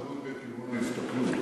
תלוי באיזה כיוון מסתכלים.